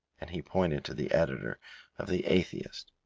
and he pointed to the editor of the atheist,